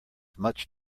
much